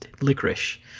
licorice